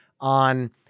on